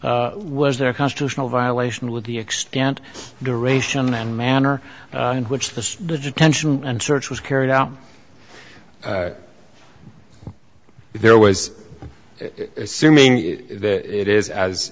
was their constitutional violation with the extent duration and manner in which the detention and search was carried out if there was assuming that it is as